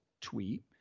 tweet